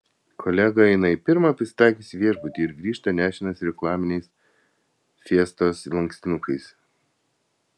kolega eina į pirmą pasitaikiusį viešbutį ir grįžta nešinas reklaminiais fiestos lankstinukais